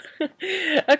Okay